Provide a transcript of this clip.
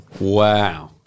Wow